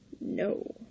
No